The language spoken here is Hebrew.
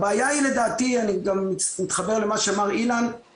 אני מתחבר למה שאמר אילן,